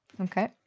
Okay